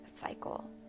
cycle